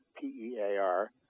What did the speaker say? P-E-A-R